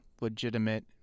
legitimate